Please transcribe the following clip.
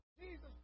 Jesus